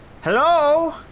Hello